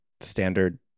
standard